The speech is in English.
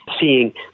seeing